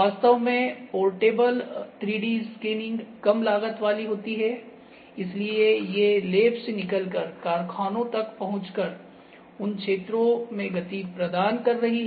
वास्तव में portable 3D scanning कम लागत वाली होती है इसलिए ये लैब से निकलकर कारखानों तक पहुंचकर उन क्षेत्रो में गति प्रदान कर रही है